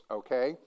okay